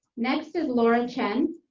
next is laura chen.